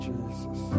Jesus